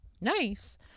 Nice